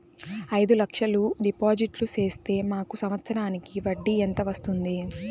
అయిదు లక్షలు డిపాజిట్లు సేస్తే మాకు సంవత్సరానికి వడ్డీ ఎంత వస్తుంది?